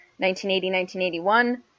1980-1981